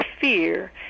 fear